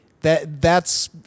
That—that's